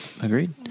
Agreed